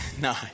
No